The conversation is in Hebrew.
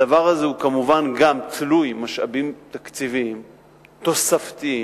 הדבר הזה כמובן גם תלוי משאבים תקציביים תוספתיים,